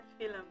film